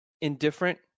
indifferent